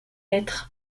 être